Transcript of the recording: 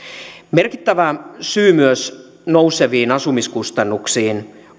merkittävä syy nouseviin asumiskustannuksiin